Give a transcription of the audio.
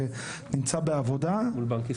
זה נמצא בעבודה.